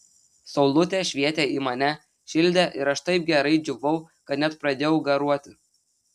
saulutė švietė į mane šildė ir aš taip gerai džiūvau kad net pradėjau garuoti